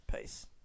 Peace